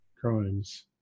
crimes